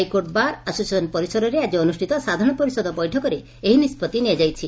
high court bar association ପରିସରରେ ଆଜି ଅନୁଷ୍ଟିତ ସାଧାରଣ ପରିଷଦ ବୈଠକରେ ଏହି ନିଷ୍ଟଉ୍ ନିଆଯାଇଛି